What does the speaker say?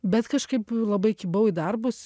bet kažkaip labai kibau į darbus